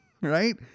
right